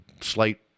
slight